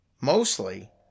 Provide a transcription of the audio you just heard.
mostly